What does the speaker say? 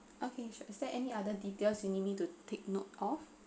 okay sure is there any other details you need me to take note of